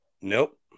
nope